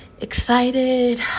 excited